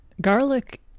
Garlic